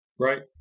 right